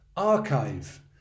archive